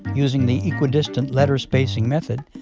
using the equidistant-letter-spacing method,